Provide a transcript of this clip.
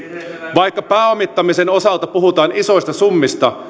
vaikka pääomittamisen osalta puhutaan isoista summista